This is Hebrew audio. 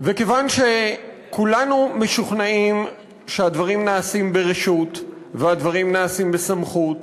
וכיוון שכולנו משוכנעים שהדברים נעשים ברשות והדברים נעשים בסמכות,